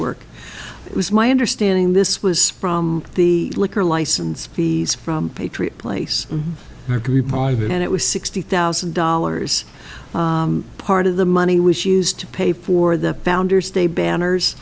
work it was my understanding this was from the liquor license fees from patriot place and it was sixty thousand dollars part of the money was used to pay for the founders day banners